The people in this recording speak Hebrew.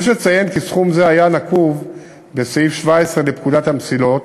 יש לציין כי סכום זה היה נקוב בסעיף 17 לפקודת המסילות